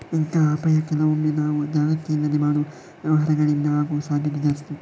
ಇಂತಹ ಅಪಾಯ ಕೆಲವೊಮ್ಮೆ ನಾವು ಜಾಗ್ರತೆ ಇಲ್ಲದೆ ಮಾಡುವ ವ್ಯವಹಾರಗಳಿಂದ ಆಗುವ ಸಾಧ್ಯತೆ ಜಾಸ್ತಿ